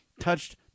touched